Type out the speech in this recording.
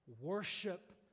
Worship